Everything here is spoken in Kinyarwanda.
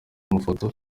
amafoto